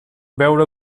veure